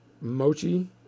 Mochi